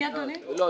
לא,